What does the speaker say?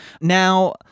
Now